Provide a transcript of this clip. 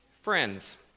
friends